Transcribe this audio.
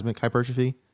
hypertrophy